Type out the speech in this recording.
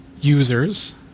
users